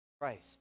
Christ